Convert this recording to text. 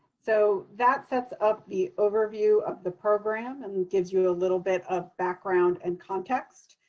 so that sets up the overview of the program and gives you a little bit of background and context.